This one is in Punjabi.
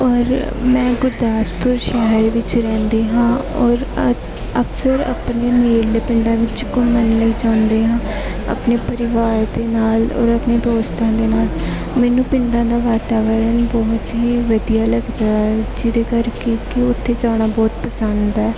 ਔਰ ਮੈਂ ਗੁਰਦਾਸਪੁਰ ਸ਼ਹਿਰ ਵਿੱਚ ਰਹਿੰਦੀ ਹਾਂ ਔਰ ਅ ਅਕਸਰ ਆਪਣੇ ਨੇੜਲੇ ਪਿੰਡਾਂ ਵਿੱਚ ਘੁੰਮਣ ਲਈ ਜਾਂਦੇ ਹਾਂ ਆਪਣੇ ਪਰਿਵਾਰ ਦੇ ਨਾਲ ਔਰ ਆਪਣੇ ਦੋਸਤਾਂ ਦੇ ਨਾਲ ਮੈਨੂੰ ਪਿੰਡਾਂ ਦਾ ਵਾਤਾਵਰਨ ਬਹੁਤ ਹੀ ਵਧੀਆ ਲੱਗਦਾ ਹੈ ਜਿਹਦੇ ਕਰਕੇ ਕਿ ਓਥੇ ਜਾਣਾ ਬਹੁਤ ਪਸੰਦ ਹੈ